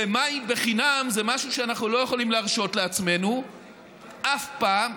ומים בחינם זה משהו שאנחנו לא יכולים להרשות לעצמנו אף פעם,